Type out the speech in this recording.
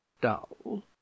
dull